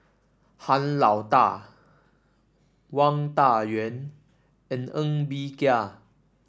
Han Lao Da Wang Dayuan and Ng Bee Kia